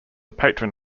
patron